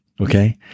Okay